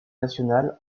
nationale